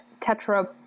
tetra